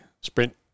sprint